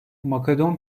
makedon